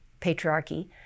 patriarchy